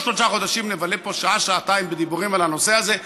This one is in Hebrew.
כל שלושה חודשים נבלה פה שעה-שעתיים בדיבורים על הנושא הזה,